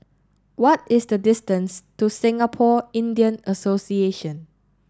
what is the distance to Singapore Indian Association